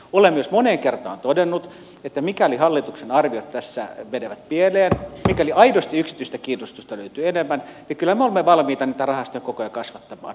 olen myös moneen kertaan todennut että mikäli hallituksen arviot tässä menevät pieleen mikäli aidosti yksityistä kiinnostusta löytyy enemmän niin kyllä me olemme valmiita rahastojen kokoja kasvattamaan